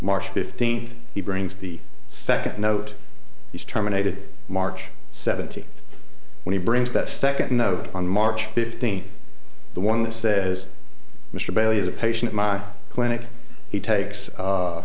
march fifteenth he brings the second note he's terminated march seventeenth when he brings that second note on march fifteenth the one that says mr bailey is a patient my clinic he takes